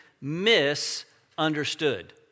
misunderstood